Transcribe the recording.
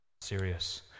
Serious